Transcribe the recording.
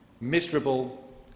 miserable